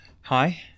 Hi